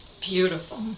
Beautiful